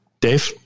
Dave